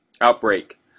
outbreak